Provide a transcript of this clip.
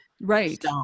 right